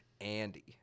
Andy